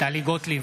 טלי גוטליב,